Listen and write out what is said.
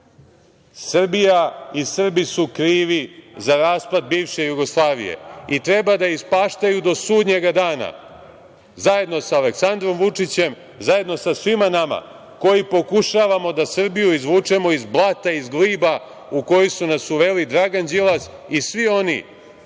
Srbija i Srbi su krivi za raspad bivše Jugoslavije i treba da ispaštaju do sudnjega dana, zajedno sa Aleksandrom Vučićem, zajedno sa svima nama koji pokušavamo da Srbiju izvučemo iz blata, iz gliba, u koji su nas uveli Dragan Đilas i svi oni